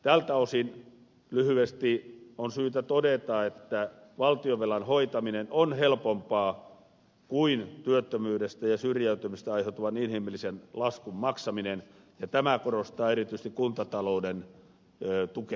tältä osin lyhyesti on syytä todeta että valtionvelan hoitaminen on helpompaa kuin työttömyydestä ja syrjäytymisestä aiheutuvan inhimillisen laskun maksaminen ja tämä korostaa erityisesti kuntatalouden tukemisen tarvetta